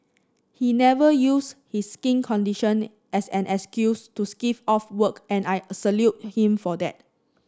he never used his skin condition as an excuse to skive off work and I salute him for that